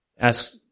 Ask